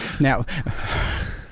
Now